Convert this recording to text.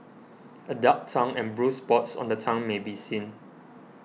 a dark tongue and bruised spots on the tongue may be seen